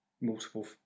multiple